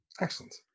Excellent